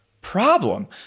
problem